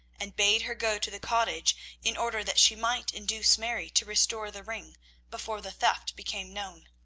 and bade her go to the cottage in order that she might induce mary to restore the ring before the theft became known.